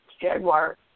Jaguar